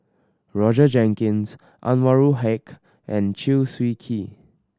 Roger Jenkins Anwarul Haque and Chew Swee Kee